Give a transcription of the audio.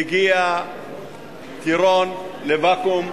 מגיע טירון לבקו"ם.